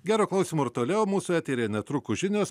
gero klausymo ir toliau mūsų eteryje netrukus žinios